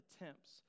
attempts